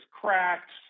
cracks